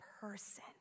person